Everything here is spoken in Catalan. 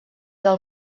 del